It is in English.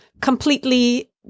completely